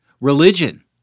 Religion